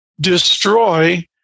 destroy